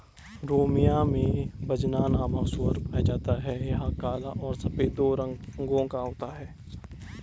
Romania में बजना नामक सूअर पाया जाता है यह काला और सफेद दो रंगो का होता है